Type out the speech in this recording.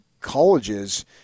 colleges